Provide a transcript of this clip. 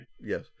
Yes